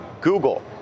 Google